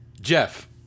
Jeff